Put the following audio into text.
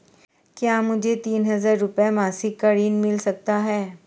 क्या मुझे तीन हज़ार रूपये मासिक का ऋण मिल सकता है?